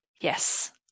Yes